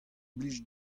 blij